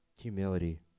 humility